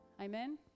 Amen